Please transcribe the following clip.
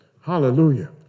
Hallelujah